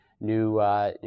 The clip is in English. new